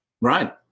Right